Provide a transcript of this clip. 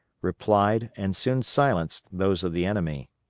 replied and soon silenced those of the enemy.